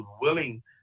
willing